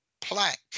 plaque